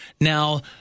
now